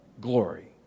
glory